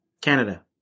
Canada